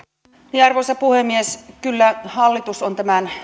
arvoisa puhemies kyllä hallitus on tämän